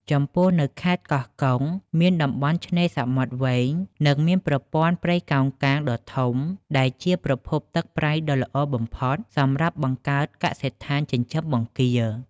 ចំពោះនៅខេត្តខេត្តកោះកុង មានតំបន់ឆ្នេរសមុទ្រវែង និងមានប្រព័ន្ធព្រៃកោងកាងដ៏ធំ ដែលជាប្រភពទឹកប្រៃដ៏ល្អបំផុតសម្រាប់បង្កើតកសិដ្ឋានចិញ្ចឹមបង្គា។